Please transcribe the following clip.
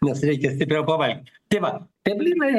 nes reikia stipriau pavalgyt tai vat tie blynai